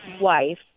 wife